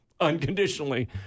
unconditionally